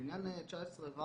בעניין 19(ו),